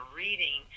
reading